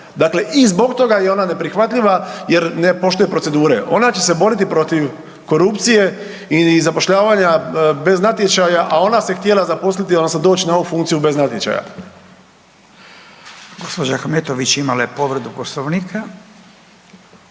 Dakle i zbog toga je ona neprihvatljiva jer ne poštuje procedure. Ona će se boriti protiv korupcije i zapošljavanja bez natječaja, a ona se htjela zaposliti odnosno doći na ovu funkciju bez natječaja. **Radin, Furio (Nezavisni)** Gospođa